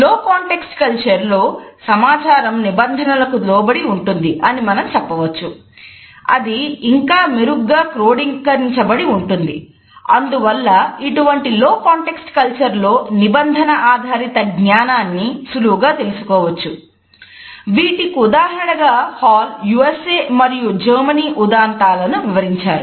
లో context culture ఉదంతాలను వివరించారు